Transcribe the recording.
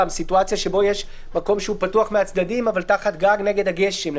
סתם סיטואציה בה יש מקום שהוא פתוח מהצדדים אבל תחת גג נגד הגשם.